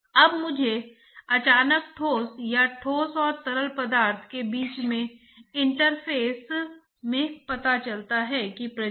और इसका सीधा सा मतलब है कि h हीट ट्रांसपोर्ट गुणांक बढ़ेगा क्योंकि आप सीधे हीट ट्रांसपोर्ट गुणांक में कमी में अनुवाद करते हैं